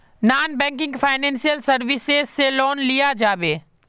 Non banking financial services से loan लिया जाबे?